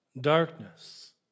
darkness